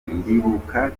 ndibuka